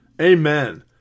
Amen